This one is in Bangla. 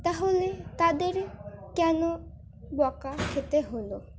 তাহলে তাদের কেন বকা খেতে হলো